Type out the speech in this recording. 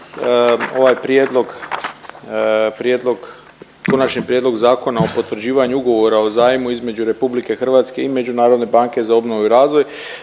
ovaj Konačni prijedlog Zakona o potvrđivanju Ugovora o zajmu između RH i Međunarodne banke za obnovu i razvoj